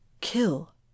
kill